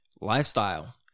Lifestyle